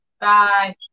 Bye